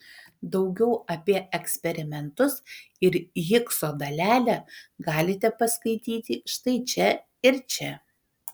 daugiau apie eksperimentus ir higso dalelę galite paskaityti štai čia ir čia